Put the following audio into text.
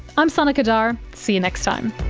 i'm sana qadar, see you next time